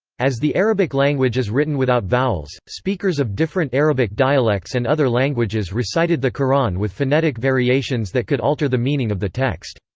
as the arabic language is written without vowels, speakers of different arabic dialects and other languages recited the quran with phonetic variations that could alter the meaning of the text.